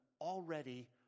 already